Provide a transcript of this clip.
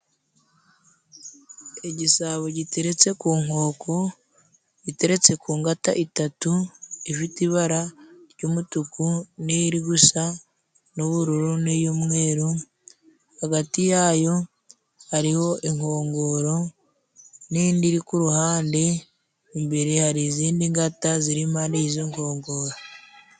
Igisabo giteretse ku nkoko iteretse ku ngata eshata, ifite ibara ry'umutuku n'iyiri gusa n'ubururu n'iy'umweru, hagati yayo hariho inkongoro, n'indi iri ku ruhande, imbere hari izindi ngata, ziri impande y'izi nkongoro.